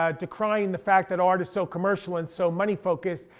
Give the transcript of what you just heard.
ah decrying the fact that art is so commercial and so money focused.